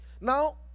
Now